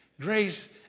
Grace